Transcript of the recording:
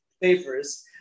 papers